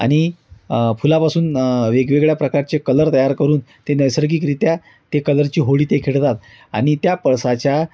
आनि फुलापासून वेगवेगळ्या प्रकारचे कलर तयार करून ते नैसर्गिकरित्या ते कलरची होळी ते खेळतात आणि त्या पळसाच्या